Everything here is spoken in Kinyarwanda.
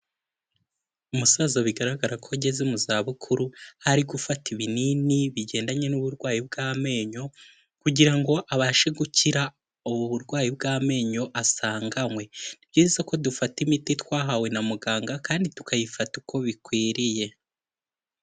Umusaza bigaragara ko ageze mu za bukuru aho ari gufata ibinini bigendanye n'uburwayi bw'amenyo, kugira ngo abashe gukira ubu burwayi bw'amenyo asanganywe. Ni byiza ko dufata imiti twahawe na muganga kandi tukayifata uko bikwiriye.